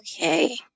Okay